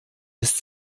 ist